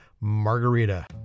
Margarita